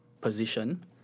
position